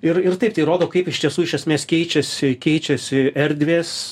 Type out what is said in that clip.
ir ir taip tai rodo kaip iš tiesų iš esmės keičiasi keičiasi erdvės